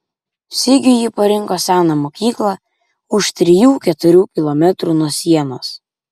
sigiui ji parinko seną mokyklą už trijų keturių kilometrų nuo sienos